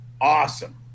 awesome